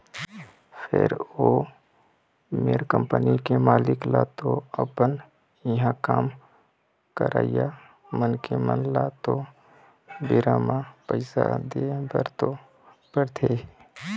फेर ओ मेर कंपनी के मालिक ल तो अपन इहाँ काम करइया मनखे मन ल तो बेरा म पइसा देय बर तो पड़थे ही